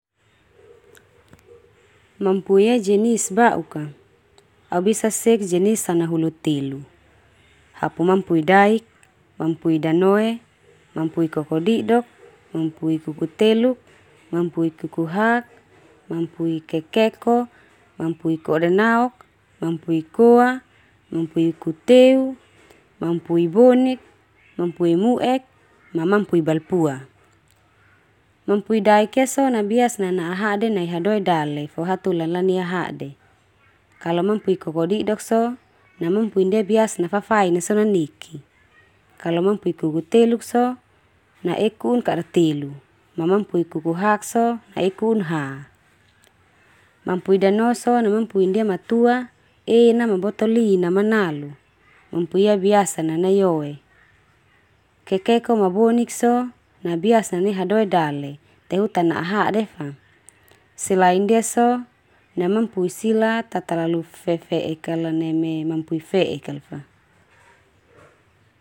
Mampui ia jenis ba'uk ka. Au bisa sek jenis sanahulu telu. Hapu mampui daik, mampui danoe, mampui kokodidok, mampui kukuteluk, mampui kukuhak, mampui kekeko, mampui kodenaok, mampui koa, mampui kuteu, mampui bonik, mampui mu'ek, ma mampui balpua. Mampui daik ia so na biasa na na'a hade nai hadoe dale fo hataholi la lanea hade. Kalau mampui kokodidok so, na mampui ndia biasa na fafain son na an eki. Kalau mampui kukuteluk so, na e ku'un kada telu, ma mampui kukuhak so na e ku'un ha. Mampui danoe so na mampui ndia matua, en na ma botolin na manalu. Mampui ia biasa na nai oe. Kekeko ma bonik so, na biasa na nai hadoe dale, te hu ta na'a hade fa. Selain ndia so, na mampui sila ta talalu fe -fe'ek kal neme mampui fe'ek kal fa.